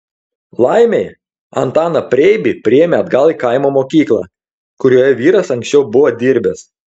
laimei antaną preibį priėmė atgal į kaimo mokyklą kurioje vyras anksčiau buvo dirbęs